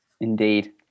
indeed